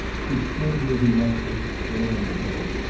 she stood where he left her, staring ahead.